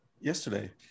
yesterday